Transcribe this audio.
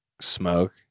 Smoke